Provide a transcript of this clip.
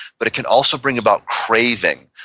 but it can also bring about craving,